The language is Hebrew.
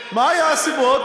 מה היו הסיבות?